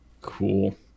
Cool